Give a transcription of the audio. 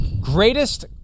greatest